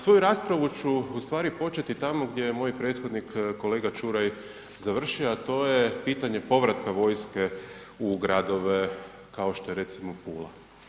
Svoju raspravu ću ustvari početi tamo gdje je moj prethodnik kolega Čuraj završio a to je pitanje povratka vojske u gradove kao što je recimo Pula.